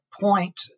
point